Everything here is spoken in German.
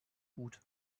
gut